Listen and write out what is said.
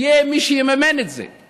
יהיה מי שיממן את זה,